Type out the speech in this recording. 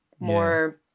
more